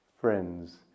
friends